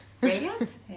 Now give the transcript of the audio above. Brilliant